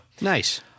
nice